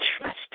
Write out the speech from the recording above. trust